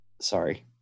sorry